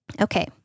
Okay